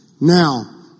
Now